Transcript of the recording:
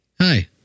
Hi